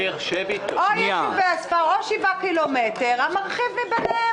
או יישובי הספר או שבעה קילומטר, המרחיב מביניהם.